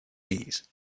knees